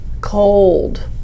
cold